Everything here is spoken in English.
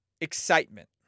excitement